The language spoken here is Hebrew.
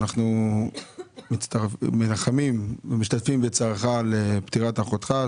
אנחנו משתתפים בצערך על פטירת אחותך,